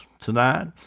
tonight